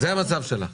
זה המצב שלך.